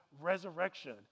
resurrection